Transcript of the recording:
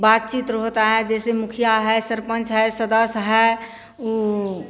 बात चीत होता है जैसे मुखिया है सरपंच है सदस्य है उ